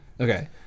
okay